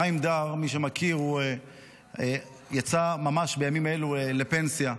חיים דאר, מי שמכיר, יצא ממש בימים אלו לפנסיה.